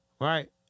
Right